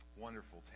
wonderful